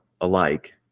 alike